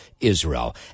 Israel